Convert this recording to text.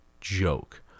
joke